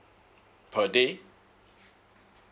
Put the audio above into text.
per day